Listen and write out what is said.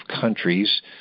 countries